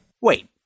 Wait